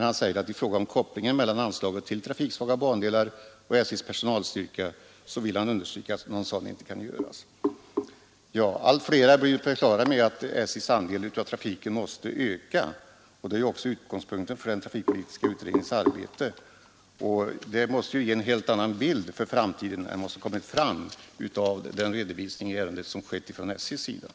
Han säger där: ”I fråga om kopplingen mellan anslaget till trafiksvaga bandelar och SJ:s personalstyrka vill jag understryka att en sådan inte kan göras.” Allt flera blir på det klara med att SJ måste få en ökad andel i trafikarbetet. Detta är ju också utgångspunkten för den trafikpolitiska utredningen. Konsekvensen härav måste bli en helt annan bild för framtiden än vad som kommer fram i SJ:s redovisning av ärendet.